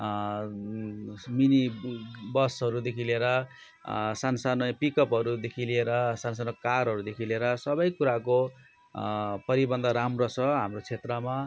mini बसहरूदेखि लिएर सान्सानो पिकअपहरूदेखि लिएर सान्सानो कारहरूदेखि लिएर सबै कुराको परिबन्द राम्रो छ हाम्रो क्षेत्रमा